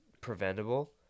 preventable